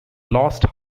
lost